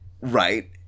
right